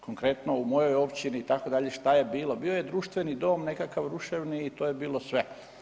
Konkretno u mojoj općini, itd., što je bilo, bio je društveni dom nekakav ruševni i to je bilo sve.